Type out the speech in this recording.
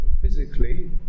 physically